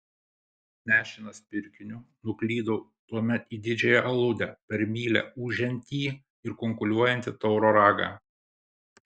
nešinas pirkiniu nuklydau tuomet į didžiąją aludę per mylią ūžiantį ir kunkuliuojantį tauro ragą